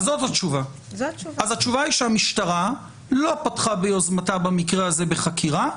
אז התשובה היא שהמשטרה לא פתחה ביוזמתה במקרה הזה בחקירה,